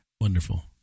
Wonderful